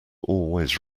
always